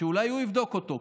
שאולי הוא יבדוק אותו,